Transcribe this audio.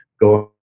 go